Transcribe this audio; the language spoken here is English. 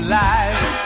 life